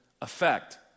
effect